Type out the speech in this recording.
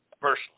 personally